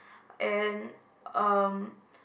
and um